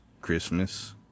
Christmas